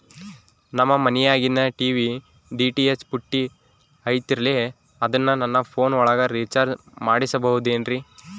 ನಮ್ಮ ಮನಿಯಾಗಿನ TV DTH ಪುಟ್ಟಿ ಐತಲ್ರೇ ಅದನ್ನ ನನ್ನ ಪೋನ್ ಒಳಗ ರೇಚಾರ್ಜ ಮಾಡಸಿಬಹುದೇನ್ರಿ?